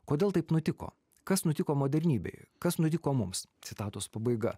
kodėl taip nutiko kas nutiko modernybei kas nutiko mums citatos pabaiga